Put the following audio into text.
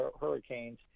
hurricanes